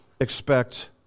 expect